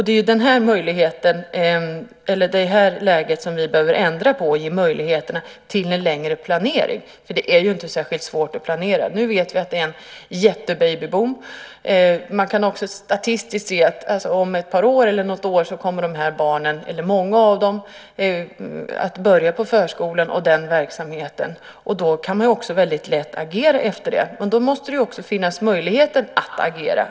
Det är det här vi behöver ändra på. Vi behöver ge möjligheter till en längre planering. Det är ju inte särskilt svårt att planera. Nu vet vi att det är en jättelik babyboom. Man kan också statistiskt se att om några år kommer många av de här barnen att börja på förskolan och den verksamheten. Då kan man väldigt lätt agera efter det. Men då måste det också finnas möjlighet att agera.